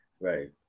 Right